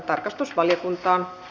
asiasta